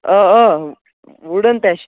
آ آ وُڈن تے چھُ